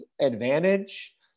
advantage